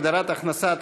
הגדרת הכנסה),